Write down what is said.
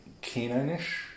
canine-ish